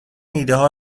ایدهها